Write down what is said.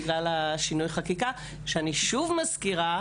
בגלל שינוי חקיקה שאני שוב מזכירה,